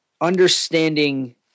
understanding